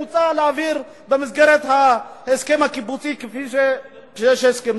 מוצע להעביר במסגרת ההסכם הקיבוצי כפי שיש הסכם.